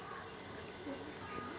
तोरो खाता मे आइ पैसा जमा नै भेलो छौं